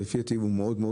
ולפי דעתי הוא ישים,